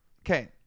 Okay